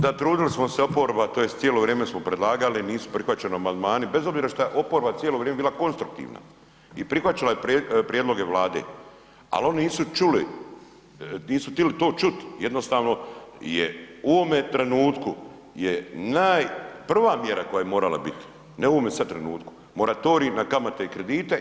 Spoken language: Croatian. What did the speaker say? Da trudili smo oporba tj. cijelo vrijeme smo predlagali nisu prihvaćeni amandmani bez obzira što je oporba bila cijelo vrijeme konstruktivna i prihvaćala je prijedloge Vlade, ali oni nisu tili to čut, jednostavno je u ovome trenutku je prva mjera koja je morala biti, ne u ovome sada trenutku, moratorij na kamate i kredite.